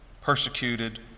persecuted